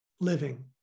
living